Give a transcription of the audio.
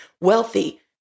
wealthy